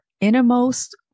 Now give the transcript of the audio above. innermost